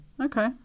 Okay